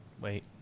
Wait